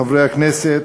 חברי הכנסת,